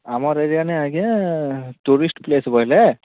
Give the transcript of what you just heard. ଆମର୍ ଏରିଆନେ ଆଜ୍ଞା ଟୁରିଷ୍ଟ୍ ପ୍ଲେସ୍ ବୋଇଲେ